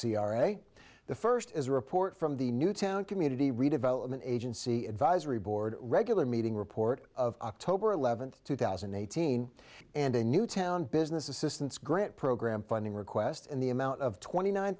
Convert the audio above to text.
c r a the first is a report from the newtown community redevelopment agency advisory board regular meeting report of october eleventh two thousand and eighteen and a new town business assistance grant program funding request and the amount of twenty nine